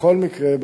בכל מקרה,